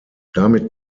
damit